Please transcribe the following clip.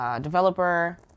developer